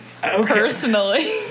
Personally